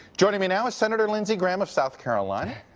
joining me now is senator lindsey graham of south carolina.